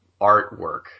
artwork